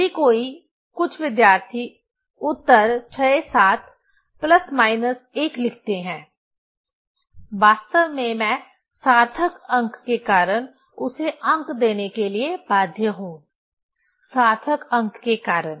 यदि कोई कुछ विद्यार्थी उत्तर 67 प्लस माइनस 1 लिखते हैं वास्तव में मैं सार्थक अंक के कारण उसे अंक देने के लिए बाध्य हूं सार्थक अंक के कारण